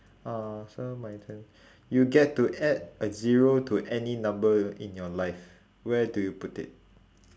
uh so my turn you get to add a zero to any number in your life where do you put it